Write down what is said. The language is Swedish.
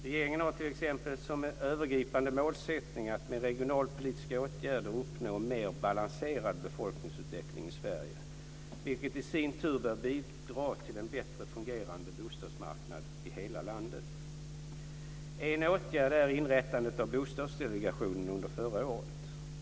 Regeringen har t.ex. som övergripande målsättning att med regionalpolitiska åtgärder uppnå en mer balanserad befolkningsutveckling i Sverige, vilket i sin tur bör bidra till en bättre fungerande bostadsmarknad i hela landet. En åtgärd är inrättandet av Bostadsdelegationen under förra året.